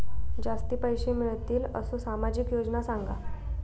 जास्ती पैशे मिळतील असो सामाजिक योजना सांगा?